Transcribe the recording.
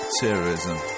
terrorism